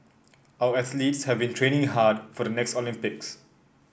our athletes have been training hard for the next Olympics